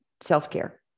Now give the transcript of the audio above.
self-care